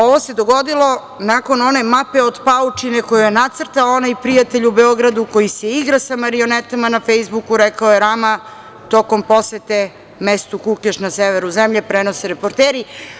Ovo se dogodilo nakon one mape od paučine koju je nacrtao onaj prijatelj u Beogradu, koji se igra sa marionetama na "Fejsbuku", rekao je Rama tokom posete mestu Kukeš na severu zemlje, prenose reporteri.